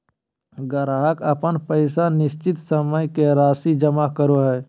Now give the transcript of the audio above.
ग्राहक अपन पैसा निश्चित समय के राशि जमा करो हइ